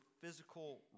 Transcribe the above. physical